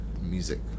music